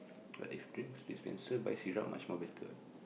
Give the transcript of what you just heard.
but if drinks dispenser by syrup much more better